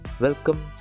welcome